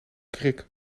krik